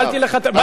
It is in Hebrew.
מה זה לא נחשב?